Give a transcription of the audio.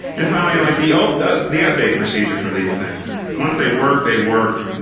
and finally, like the ah the update procedure for these things. once they work, they work.